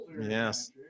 Yes